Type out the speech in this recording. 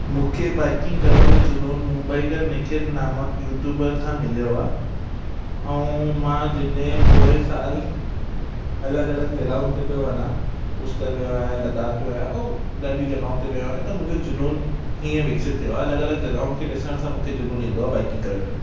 मूंखे बाइकिंग करण जो जुनून मुम्बई के निखिल नामक यूट्यूबर खां मिलियो आहे ऐं मां जॾहिं पोए सालु अलॻि अलॻि जॻहियुनि ते पियो वञा पुष्कर वियो आहियां लद्दाख वियो आहियां ऐं ॾाढी जॻहियुनि ते वियो आहियां त मुंहिंजो जुनून हीअं विकसित थियो आहे अलॻि अलॻि जॻहियुनि खे ॾिसण सां मूंखे जुनून ईंदो आहे बाइकिंग करण जो